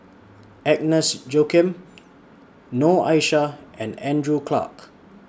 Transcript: Agnes Joaquim Noor Aishah and Andrew Clarke